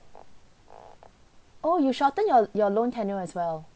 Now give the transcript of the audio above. oh you shorten your your loan tenure as well